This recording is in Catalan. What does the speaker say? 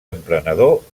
emprenedor